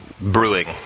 brewing